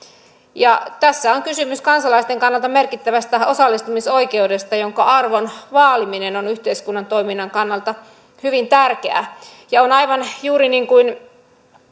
tässä on kysymys kansalaisten kannalta merkittävästä osallistumisoikeudesta jonka arvon vaaliminen on yhteiskunnan toiminnan kannalta hyvin tärkeää ja on aivan juuri niin kuin